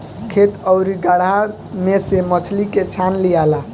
खेत आउरू गड़हा में से मछली के छान लियाला